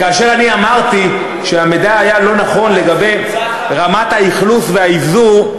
כאשר אני אמרתי שהמידע היה לא נכון לגבי רמת האכלוס והאבזור,